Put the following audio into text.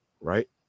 right